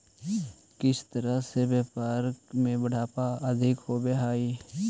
किस तरह के व्यापार में बढ़त अधिक होवअ हई